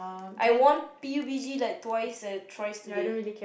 I won P_U_B_G like twice like thrice today